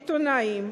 עיתונאים,